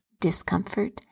discomfort